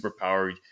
superpowered